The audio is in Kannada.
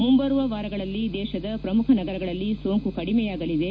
ಮುಂಬರುವ ವಾರಗಳಲ್ಲಿ ದೇಶದ ಪ್ರಮುಖ ನಗರಗಳಲ್ಲಿ ಸೋಂಕು ಕಡಿಮೆಯಾಗಲಿದೆ